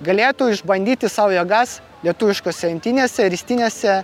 galėtų išbandyti sau jėgas lietuviškose imtynėse ristynėse